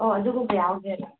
ꯑꯣ ꯑꯗꯨꯒꯨꯝꯕꯗꯤ ꯌꯥꯎꯗꯦꯕ